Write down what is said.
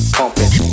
pumping